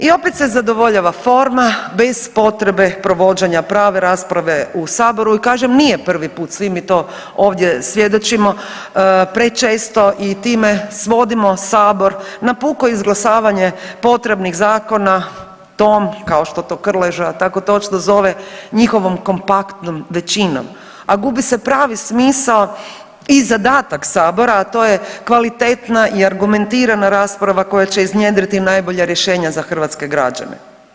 I opet se zadovoljava forma bez potrebe provođenja prave rasprave u saboru i kažem nije prvi put, svi mi to ovdje svjedočimo, prečesto i time svodimo sabor na puko izglasavanje potrebnih zakona tom kao što to Krleža tako točno zove njihovom kompaktnom većinom, a gubi se pravi smisao i zadatak sabora, a to je kvalitetna i argumentirana rasprava koja će iznjedriti najbolja rješenja za hrvatske građane.